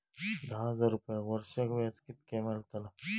दहा हजार रुपयांक वर्षाक व्याज कितक्या मेलताला?